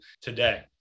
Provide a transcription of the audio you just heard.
today